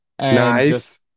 Nice